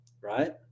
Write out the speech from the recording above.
right